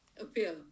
appear